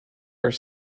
are